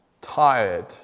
tired